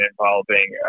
involving